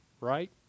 right